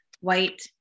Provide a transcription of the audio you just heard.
white